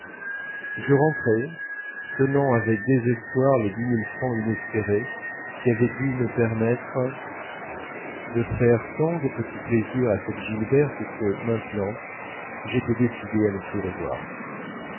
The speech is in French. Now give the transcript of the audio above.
je rentrai tenant avec désespoir les dix mille francs inespérés qui avaient dû me permettre de faire tant de petits plaisirs à cette gilberte que maintenant j'étais décidé à ne plus revoir